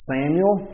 Samuel